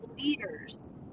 leaders